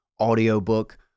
audiobook